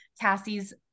Cassie's